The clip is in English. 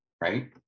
right